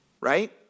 right